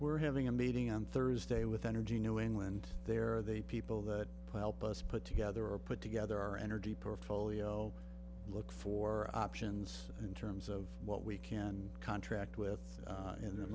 were having a meeting on thursday with energy new england there are they people that help us put together or put together our energy per folio look for options in terms of what we can contract with in th